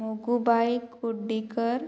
मगुबाय कुडिकर